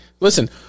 Listen